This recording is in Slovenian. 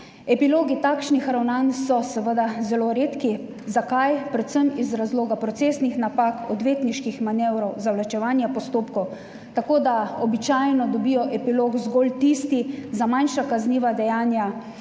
Epilogi takšnih ravnanj so seveda zelo redki. Zakaj? Predvsem iz razloga procesnih napak, odvetniških manevrov, zavlačevanja postopkov. Tako da običajno dobijo epilog zgolj tisti, za manjša kazniva dejanja,